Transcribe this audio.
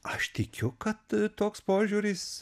aš tikiu kad toks požiūris